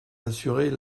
assurer